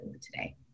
today